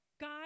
God